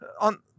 on